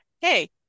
hey